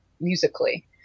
musically